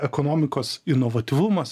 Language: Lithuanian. ekonomikos inovatyvumas